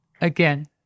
again